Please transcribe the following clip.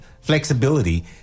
flexibility